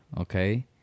Okay